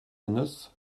noce